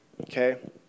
Okay